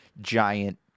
giant